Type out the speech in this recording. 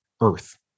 Earth